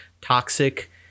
toxic